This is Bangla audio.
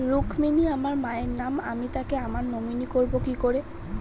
রুক্মিনী আমার মায়ের নাম আমি তাকে আমার নমিনি করবো কি করে?